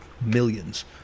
millions